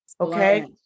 Okay